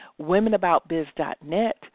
womenaboutbiz.net